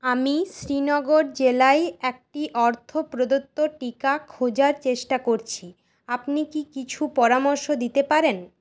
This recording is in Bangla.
আমি শ্রীনগর জেলায় একটি অর্থ প্রদত্ত টিকা খোঁজার চেষ্টা করছি আপনি কি কিছু পরামর্শ দিতে পারেন